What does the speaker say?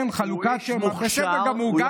כן חלוקת שמע, בסדר גמור.